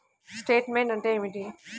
Statement అంటే ఏమిటి?